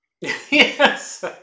Yes